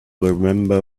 remember